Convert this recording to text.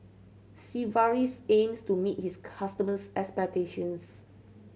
sigvaris aims to meet its customers' expectations